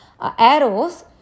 arrows